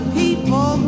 people